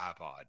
iPod